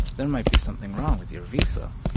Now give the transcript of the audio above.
there might be something wrong with your visa.